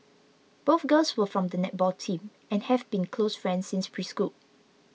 both girls were from the netball team and have been close friends since preschool